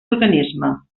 organisme